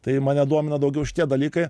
tai mane domina daugiau šitie dalykai